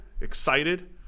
excited